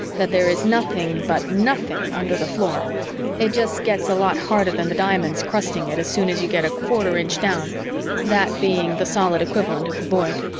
that there is nothing, but nothing, under the floor it just gets a lot harder than the diamonds crusting it as soon as you get a quarter inch down that being the solid equivalent of the void.